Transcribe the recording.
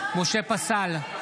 משה פסל,